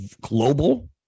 global